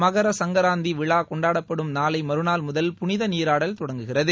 மகரசங்கராந்தி விழா கொண்டாடப்படும் நாளை மறுநாள் முதல் புனித நீராடல் தொடங்குகிறது